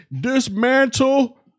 dismantle